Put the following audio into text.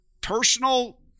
personal